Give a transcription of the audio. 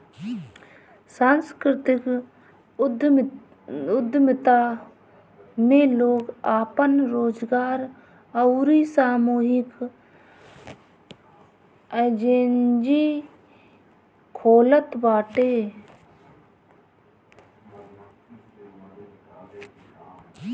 सांस्कृतिक उद्यमिता में लोग आपन रोजगार अउरी सामूहिक एजेंजी खोलत बाटे